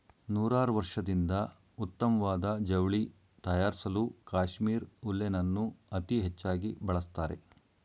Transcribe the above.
ನೂರಾರ್ವರ್ಷದಿಂದ ಉತ್ತಮ್ವಾದ ಜವ್ಳಿ ತಯಾರ್ಸಲೂ ಕಾಶ್ಮೀರ್ ಉಲ್ಲೆನನ್ನು ಅತೀ ಹೆಚ್ಚಾಗಿ ಬಳಸ್ತಾರೆ